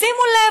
שימו לב,